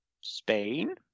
Spain